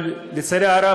אבל לצערי הרב,